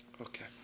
Okay